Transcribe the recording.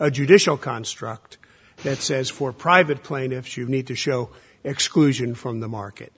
a judicial construct that says for private plaintiffs you need to show exclusion from the market